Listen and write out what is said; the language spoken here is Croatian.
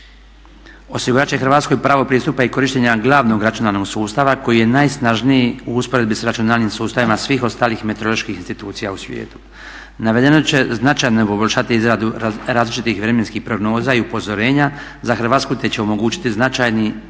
Osigurati će Hrvatskoj pravo pristupa i korištenje glavnog računalnog sustava koji je najsnažniji u usporedbi sa računalnim sustavima svim ostalih meteoroloških institucija u svijetu. Navedeno će značajno poboljšati izradu različitih vremenskih prognoza i upozorenja za Hrvatsku te će omogućiti značajniji